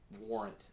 warrant